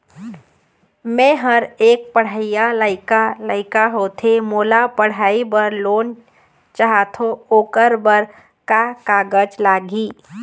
मेहर एक पढ़इया लइका लइका होथे मोला पढ़ई बर लोन चाहथों ओकर बर का का कागज लगही?